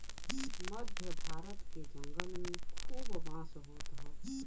मध्य भारत के जंगल में खूब बांस होत हौ